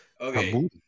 Okay